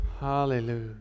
hallelujah